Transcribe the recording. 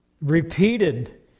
repeated